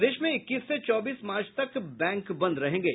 प्रदेश में इक्कीस से चौबीस मार्च तक बैंक बंद रहेंगे